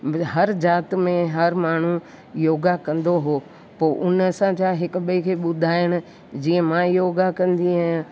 हर जात में हर माण्हूं योगा कंदो हो पोइ उन सां छा हिक ॿिए खे ॿुधाइण जीअं मां योगा कंदी आहियां